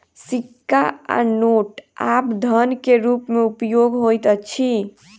सिक्का आ नोट आब धन के रूप में उपयोग होइत अछि